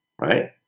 right